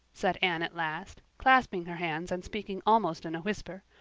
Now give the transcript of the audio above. said anne at last, clasping her hands and speaking almost in a whisper,